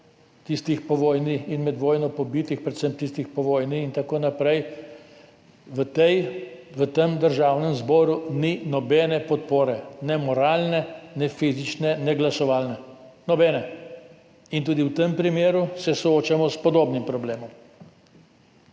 tistih po vojni in med vojno pobitih, predvsem tistih po vojni in tako naprej, v tem državnem zboru ni nobene podpore, ne moralne, ne fizične, ne glasovalne. Nobene! Tudi v tem primeru se soočamo s podobnim problemom.